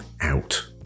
out